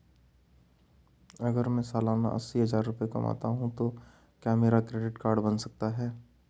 अगर मैं सालाना अस्सी हज़ार रुपये कमाता हूं तो क्या मेरा क्रेडिट कार्ड बन सकता है?